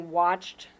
watched